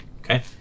Okay